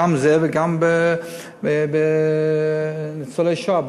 גם זה וגם בנושא ניצולי שואה,